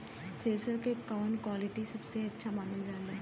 Thresher के कवन quality सबसे अच्छा मानल जाले?